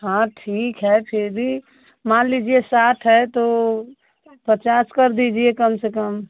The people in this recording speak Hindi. हाँ ठीक है फ़िर भी मान लीजिए साठ है तो पचास कर दीजिए कम से कम